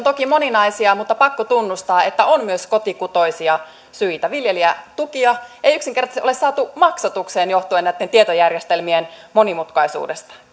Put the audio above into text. toki moninaisia mutta on pakko tunnustaa että on myös kotikutoisia syitä viljelijätukia ei yksinkertaisesti ole saatu maksatukseen johtuen näitten tietojärjestelmien monimutkaisuudesta